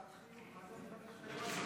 קצת חיוך.